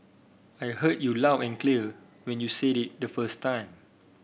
I heard you loud and clear when you said it the first time